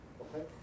okay